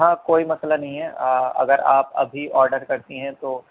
ہاں کوئی مسئلہ نہیں ہے اگر آپ ابھی آڈر کرتی ہیں تو